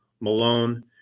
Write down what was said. Malone